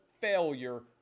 failure